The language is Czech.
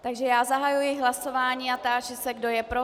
Takže zahajuji hlasování a táži se, kdo je pro.